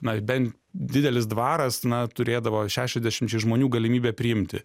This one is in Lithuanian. na bent didelis dvaras na turėdavo šešiasdešimčiai žmonių galimybę priimti